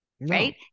right